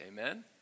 Amen